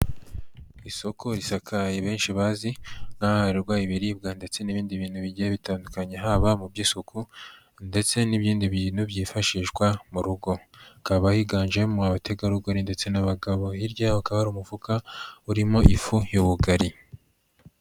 Isoko risakaye benshi bazi nk'ahahahirwa ibiribwa ndetse n'ibindi bintu bigiye bitandukanye, haba mu by'isuku ndetse n'ibindi bintu byifashishwa mu rugo, hakaba higanjemo abategarugori ndetse n'abagabo, hirya hakaba umufuka urimo ifu y'ubugari.